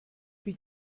wie